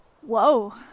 Whoa